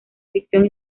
ficción